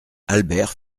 albert